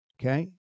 Okay